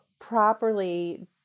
properly